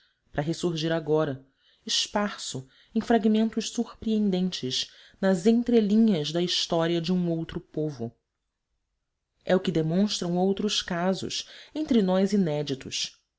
para ressurgir agora esparso em fragmentos surpreendentes nas entrelinhas da história de outro povo é o que demonstram outros casos entre nós inéditos